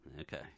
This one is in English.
Okay